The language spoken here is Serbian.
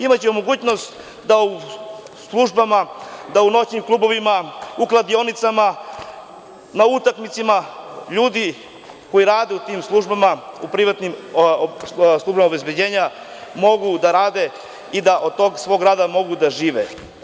Imaće mogućnost da u službama u noćnim klubovima, u kladionicama, na utakmicama, ljudi koji rade u tim službama u privatnim službama obezbeđenja mogu da rade i da od tog svog rada mogu da žive.